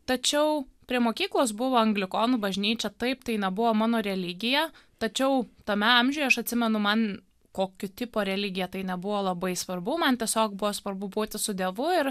tačiau prie mokyklos buvo anglikonų bažnyčia taip tai nebuvo mano religija tačiau tame amžiuje aš atsimenu man kokio tipo religija tai nebuvo labai svarbu man tiesiog buvo svarbu būti su dievu ir